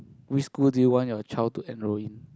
which school do you want your child to enrol in